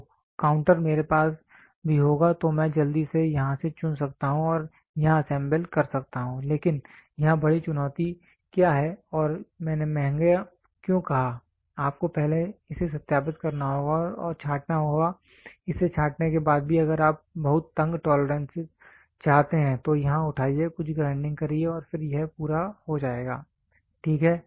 तो काउंटर मेरे पास भी होगा तो मैं जल्दी से यहां से चुन सकता हूं और यहां असेंबल कर सकता हूं लेकिन यहां बड़ी चुनौती क्या है और मैंने महँगा क्यों कहा आपको पहले इसे सत्यापित करना होगा और छांटना होगा इसे छांटने के बाद भी अगर आप बहुत तंग टॉलरेंस चाहते हैं तो यहाँ उठाईए कुछ ग्राइंडिंग करिए और फिर यह पूरा हो जाएगा ठीक है